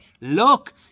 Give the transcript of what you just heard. Look